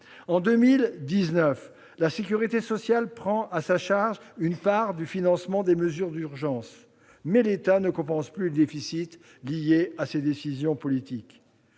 En 2019, la sécurité sociale prend à sa charge une part du financement des mesures d'urgence, mais l'État ne compense plus les déficits liés à ses décisions politiques.